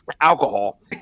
alcohol